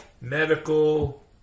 medical